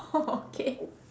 oh K